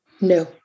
no